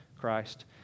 Christ